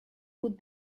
put